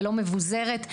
ולא מבוזרת.